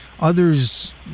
Others